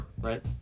Right